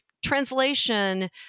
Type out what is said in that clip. Translation